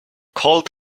cold